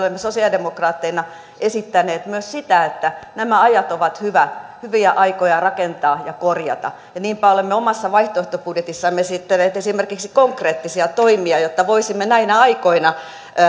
sosialidemokraatteina esittäneet myös sitä että nämä ajat ovat hyviä aikoja rakentaa ja korjata niinpä olemme omassa vaihtoehtobudjetissamme esittäneet esimerkiksi konkreettisia toimia jotta voisimme näinä aikoina